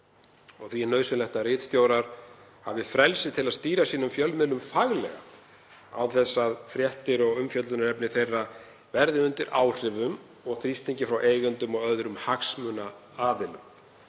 Því er nauðsynlegt að ritstjórar hafi frelsi til að stýra fjölmiðlum sínum faglega án þess að fréttir og umfjöllunarefni þeirra verði undir áhrifum og þrýstingi frá eigendum og öðrum hagsmunaaðilum.